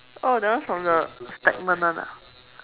oh that one's from the segment one ah